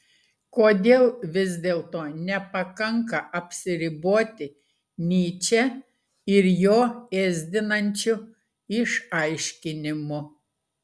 kodėl vis dėlto nepakanka apsiriboti nyče ir jo ėsdinančiu išaiškinimu